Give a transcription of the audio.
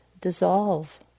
dissolve